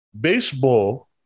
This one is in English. baseball